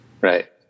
Right